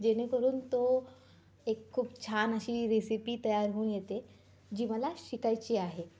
जेणेकरून तो एक खूप छान अशी रेसिपी तयार होऊन येते जी मला शिकायची आहे